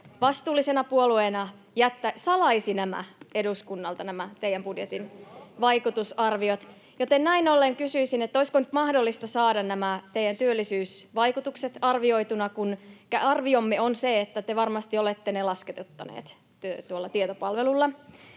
vastuullisena puolueena salaisi eduskunnalta nämä teidän budjettinne vaikutusarviot, [Ben Zyskowicz: On se uskottavaa!] joten näin ollen kysyisin: olisiko nyt mahdollista saada nämä teidän työllisyysvaikutuksenne arvioituina? Arviomme on se, että te varmasti olette ne lasketuttaneet tuolla tietopalvelulla.